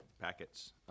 packets